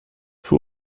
who